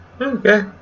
Okay